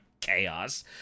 chaos